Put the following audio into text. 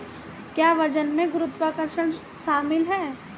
क्या वजन में गुरुत्वाकर्षण शामिल है?